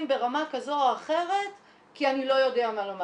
ברמה כזו או אחרת כי אני לא יודע מה לומר.